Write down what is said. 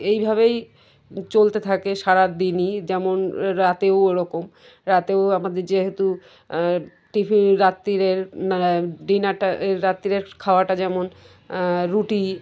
এই ভাবেই চলতে থাকে সারা দিনই যেমন রাতেও ও রকম রাতেও আমাদের যেহেতু টিফিন রাত্রের ডিনারটা রাত্রের খাওয়াটা যেমন রুটি